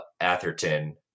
atherton